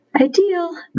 ideal